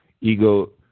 ego